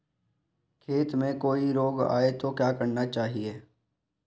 खेत में कोई रोग आये तो क्या करना चाहिए?